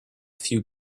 few